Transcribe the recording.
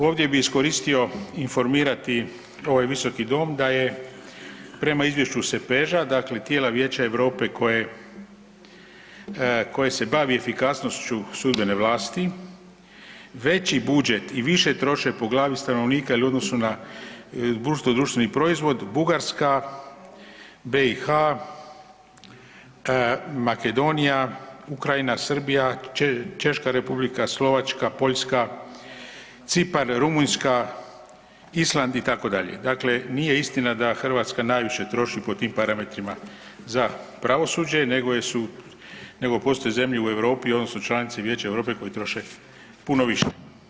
Ovdje bi iskoristio informirati ovaj visoki dom da je prema izvješću SEPEŽ-a, dakle tijela Vijeća Europe koje, koje se bavi efikasnošću sudbene vlasti veći budžet i više troše po glavi stanovnika ili u odnosu na BDP, Bugarska, BiH, Makedonija, Ukrajina, Srbija, Češka Republika, Slovačka, Poljska, Cipar, Rumunjska, Island itd., dakle nije istina da Hrvatska najviše troši po tim parametrima za pravosuđe, nego su, nego postoje zemlje u Europi odnosno članica Vijeća Europe koje troše puno više.